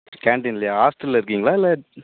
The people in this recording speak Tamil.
கேண்டீன்லேயா ஹாஸ்ட்டலில் இருக்கீங்களா இல்லை